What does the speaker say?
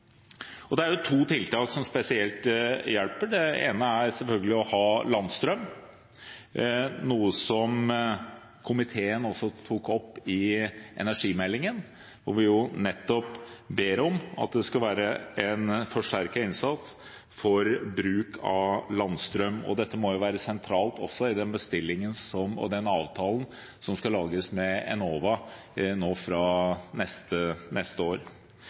Det er to tiltak som spesielt hjelper. Det ene er selvfølgelig å ha landstrøm, noe som komiteen tok opp også i forbindelse med energimeldingen, hvor vi ba om at det nettopp skal være en forsterket innsats for bruk av landstrøm. Dette må være sentralt også i den bestillingen og den avtalen som skal lages med Enova fra neste år.